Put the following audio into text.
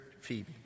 Phoebe